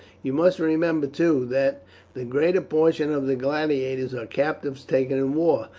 you must remember, too, that the greater portion of the gladiators are captives taken in war,